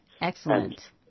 Excellent